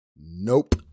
Nope